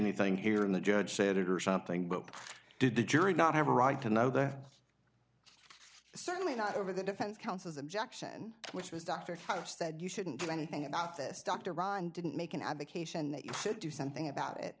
anything here in the judge said it or something what did the jury not have a right to know that certainly not over the defense counsel's objection which was dr house said you shouldn't do anything about this dr ronn didn't make an application that you should do something about it